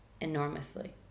enormously